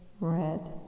red